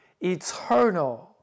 eternal